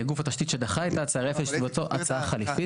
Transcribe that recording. גוף התשתית שדחה את ההצעה, יש לו הצעה חלופית.